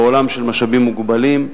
בעולם של משאבים מוגבלים,